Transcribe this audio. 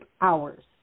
hours